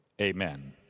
Amen